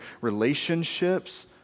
relationships